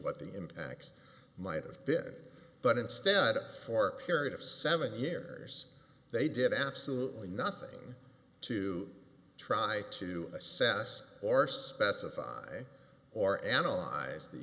what the impacts might have been but instead for a period of seven years they did absolutely nothing to try to assess or specify or analyze the